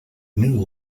new